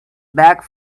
back